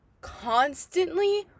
constantly